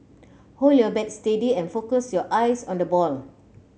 hold your bat steady and focus your eyes on the ball